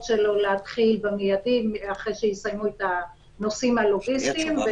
שלו להתחיל מידית אחרי שיסיימו את הנושאים הלוגיסטיים,